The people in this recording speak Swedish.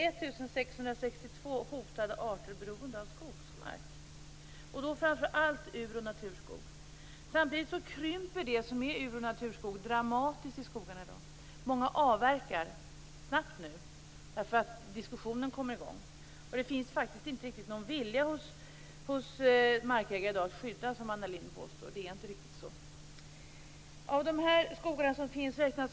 1 662 hotade arter är beroende av skogsmark, och då framför allt ur och naturskog. Samtidigt krymper ur och naturskogen dramatiskt i dag. Många avverkar snabbt nu eftersom diskussionen kommer i gång. Det finns faktiskt inte någon vilja hos skogsägare att skydda den här skogen som Anna Lindh påstår. Det är inte riktigt så.